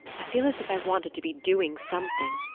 i feel as if i wanted to be doing something.